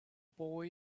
boy